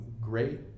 great